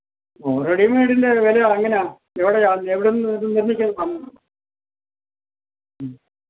ഓ ready മേയ്ഡിന്റെ വില എങ്ങനെയാണ് എവിടെയാണ് എവിടെ നിന്ന് ഇതു നിര്മ്മിക്കുന്നത് സം ഉം